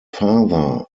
father